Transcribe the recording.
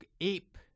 ape